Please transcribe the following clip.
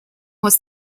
was